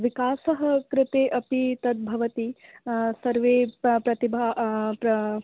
विकासः कृते अपि तद् भवति सर्वे प प्रतिभा प्र